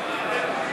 ההצעה.